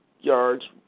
yards